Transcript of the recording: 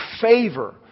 favor